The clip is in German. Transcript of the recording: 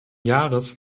jahres